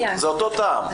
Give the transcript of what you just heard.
זה אותו טעם.